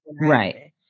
right